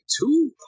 Two